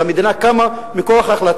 אין כיבוש אחר.